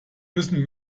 müssen